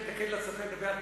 לצופה.